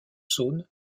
saône